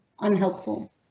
unhelpful